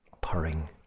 purring